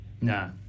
No